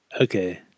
Okay